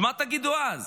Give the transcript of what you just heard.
אז מה תגידו אז?